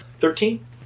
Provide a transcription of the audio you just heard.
Thirteen